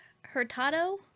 Hurtado